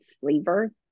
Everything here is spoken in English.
flavor